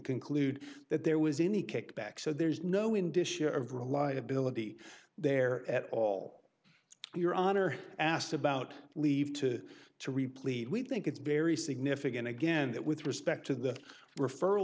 conclude that there was any kickbacks so there's no indicia of reliability there at all your honor asked about leave to to repleat we think it's very significant again that with respect to the referral